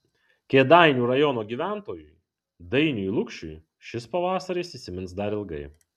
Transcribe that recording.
kėdainių rajono gyventojui dainiui lukšiui šis pavasaris įsimins dar ilgai